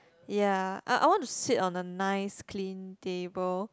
ya I I want to sit on a nice clean table